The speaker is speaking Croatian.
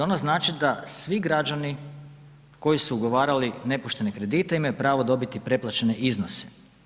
Ona znači da svi građani koji su ugovarali nepoštene kredite imaju pravo dobiti preplaćene iznose.